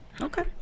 Okay